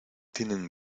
tienen